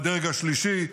בדרג השלישי,